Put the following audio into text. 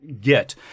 get